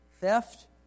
theft